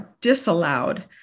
disallowed